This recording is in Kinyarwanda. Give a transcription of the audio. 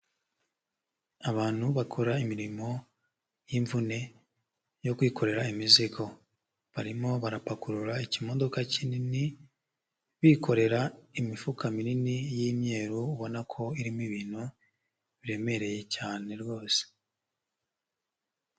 Abantu bakora imirimo y'imvune yo kwikorera imizigo. Barimo barapakurura ikimodoka kinini bikorera imifuka minini y'imyeru ubona ko irimo ibintu biremereye cyane rwose.